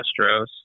Astros